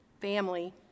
family